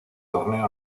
torneo